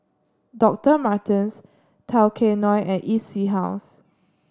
Doctor Martens Tao Kae Noi and E C House